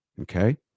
Okay